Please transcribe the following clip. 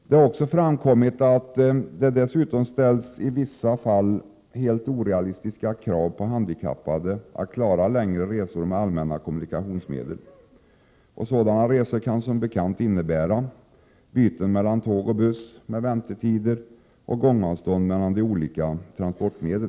Det har också framkommit att det i vissa fall dessutom ställs helt orealistiska krav på handikappade att klara längre resor med allmänna kommunikationsmedel. Sådana resor kan som bekant innebära byte mellan tåg och buss, med väntetider och gångavstånd mellan de olika transportmedlen.